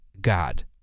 god